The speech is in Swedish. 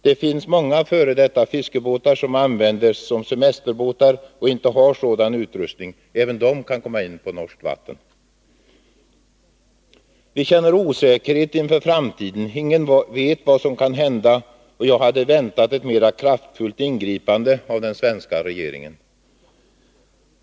Det finns många f. d. fiskebåtar som används som semesterbåtar och som inte har sådan utrustning. Även de båtarna kan komma in på norskt vatten. Vi känner osäkerhet inför framtiden. Ingen vet vad som kan hända, och jag hade väntat ett mera kraftfullt ingripande av den svenska regeringen.